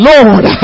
Lord